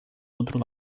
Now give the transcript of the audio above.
outro